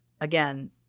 again